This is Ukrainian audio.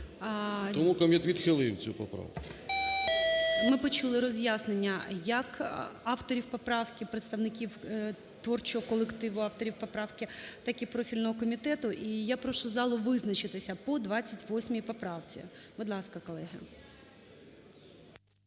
Тому комітет відхилив цю поправку. ГОЛОВУЮЧИЙ. Ми почули роз'яснення як авторів поправки, представників творчого колективу авторів поправки, так і профільного комітету. І я прошу залу визначитися по 28 поправці. Будь ласка, колеги.